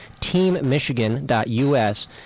teammichigan.us